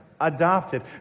adopted